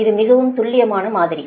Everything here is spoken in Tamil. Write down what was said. இது மிகவும் துல்லியமான மாதிரி